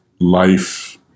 life